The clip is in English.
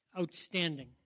outstanding